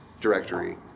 directory